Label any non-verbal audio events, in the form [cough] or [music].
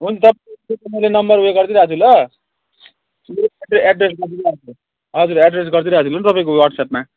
हुन्छ [unintelligible] मैले नम्बर उयो गरिदिई रहेको छु ल [unintelligible] एड्रेस [unintelligible] हजुर एड्रेस गरिदिई रहेको छु कि तपाईँको वाट्सएपमा